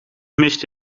mist